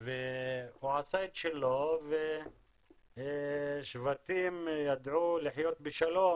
הוא עשה את שלו ושבטים ידעו לחיות בשלום,